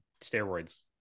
steroids